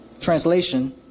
Translation